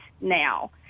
now